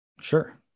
Sure